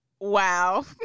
Wow